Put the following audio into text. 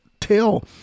tell